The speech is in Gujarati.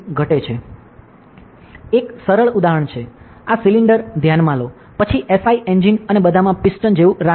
એક સરળ ઉદાહરણ છે આ સિલિન્ડર ધ્યાનમાં લો પછી એસઆઈ એન્જિન અને બધામાં પિસ્ટન જેવું રાખવું